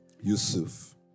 Yusuf